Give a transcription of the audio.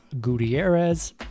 Gutierrez